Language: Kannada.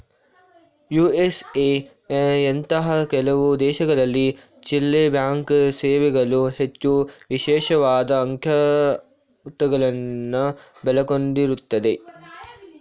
ಯು.ಎಸ್.ಎ ನಂತಹ ಕೆಲವು ದೇಶಗಳಲ್ಲಿ ಚಿಲ್ಲ್ರೆಬ್ಯಾಂಕ್ ಸೇವೆಗಳು ಹೆಚ್ಚು ವಿಶೇಷವಾದ ಅಂಕೌಟ್ಗಳುನ್ನ ಒಳಗೊಂಡಿರುತ್ತವೆ